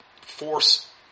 force